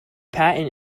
patent